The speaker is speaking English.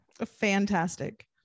fantastic